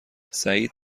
سعید